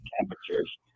temperatures